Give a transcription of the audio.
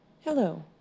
Hello